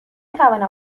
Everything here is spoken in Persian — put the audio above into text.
توانم